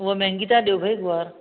हूअ महांगी था डि॒यो भई गुआर